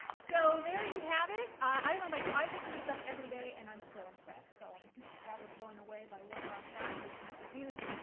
so there you have it. i don't know about you. i work with this stuff every day and i'm still impressed. so i'm just rather blown away by what our faculty can produce.